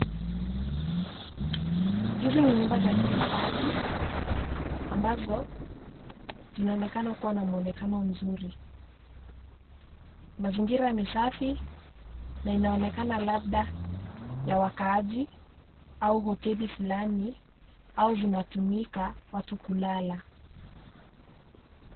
Hizi ni nyumba za kitofali ambazo zinaonekana kuwa na mwonekano mzuri. Mazingira ni safi na inaonekana labda ya wakaaji au hoteli fulani au zinatumika watu kulala.